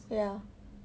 ya